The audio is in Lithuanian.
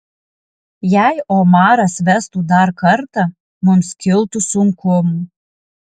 jei omaras vestų dar kartą mums kiltų sunkumų